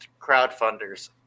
crowdfunders